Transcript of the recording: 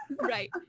Right